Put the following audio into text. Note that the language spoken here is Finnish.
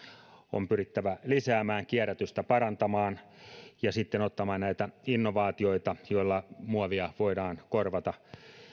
on pyrittävä lisäämään kierrätystä parantamaan ja sitten ottamaan käyttöön näitä innovaatioita joilla muovia voidaan korvata